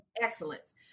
excellence